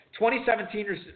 2017